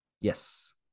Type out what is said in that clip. Yes